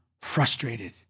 frustrated